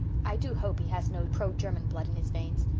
i do hope he has no pro-german blood in his veins.